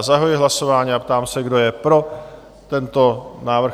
Zahajuji hlasování a ptám se, kdo je pro tento návrh?